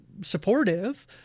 supportive